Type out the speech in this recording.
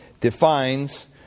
defines